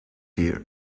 here